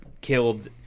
killed